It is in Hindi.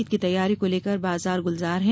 ईद की तैयारी को लेकर बाजार गुलजार हैं